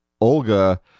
Olga